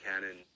Cannon